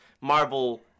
Marvel